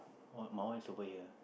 one my one is over here